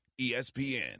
ESPN